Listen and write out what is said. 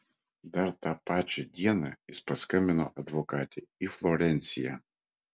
dar tą pačią dieną jis paskambina advokatei į florenciją